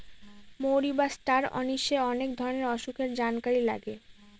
মৌরি বা star anise অনেক ধরনের অসুখের জানকারি লাগে